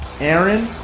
Aaron